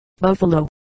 Buffalo